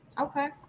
okay